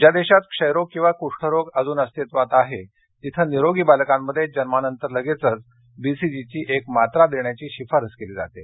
ज्या देशात क्षयरोग किंवा कृष्ठरोग अजून अस्तित्वात आहे तिथं निरोगी बालकांमध्ये जन्मानंतर लगेचच बीसीजीची एक मात्रा देण्याची शिफारस केली जाते